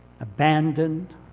abandoned